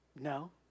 No